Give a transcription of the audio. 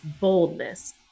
boldness